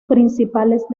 principales